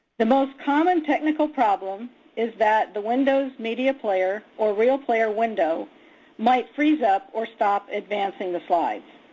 the most common technical problem is that the windows media player or realplayer window might freeze up or stop advancing the slides.